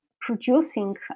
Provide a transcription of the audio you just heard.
producing